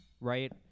right